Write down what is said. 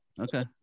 okay